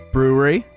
Brewery